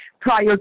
prior